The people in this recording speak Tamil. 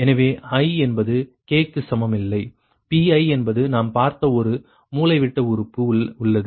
எனவே i என்பது k க்கு சமமில்லை Pi என்பது நாம் பார்த்த ஒரு மூலைவிட்ட உறுப்பு உள்ளது